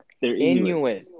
Inuit